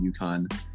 UConn